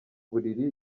buriri